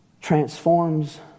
transforms